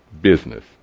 business